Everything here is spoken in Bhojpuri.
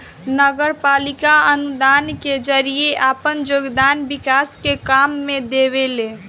नगरपालिका अनुदान के जरिए आपन योगदान विकास के काम में देवेले